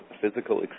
physical